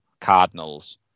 Cardinals